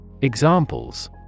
Examples